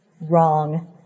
Wrong